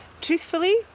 truthfully